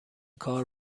کار